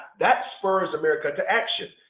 that spurs america to action.